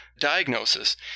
diagnosis